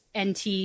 NT